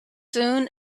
soon